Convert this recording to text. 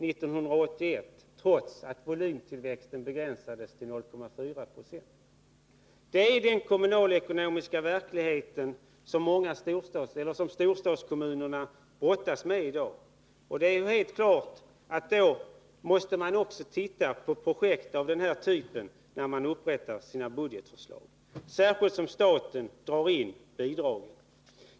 1981 trots att volymtillväxten begränsades till 0,4 90. Det är den kommunalekonomiska verkligheten som storstadskommunerna brottas med i dag. Det är helt klart att man också måste se på projekt av det slag vi nu diskuterar, när man upprättar sina budgetförslag, särskilt som staten drar in bidragen.